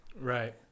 Right